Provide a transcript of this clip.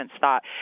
thought